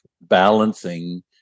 balancing